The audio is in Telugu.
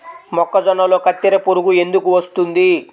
మొక్కజొన్నలో కత్తెర పురుగు ఎందుకు వస్తుంది?